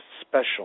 special